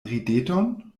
rideton